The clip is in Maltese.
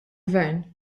gvern